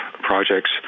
projects